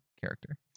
character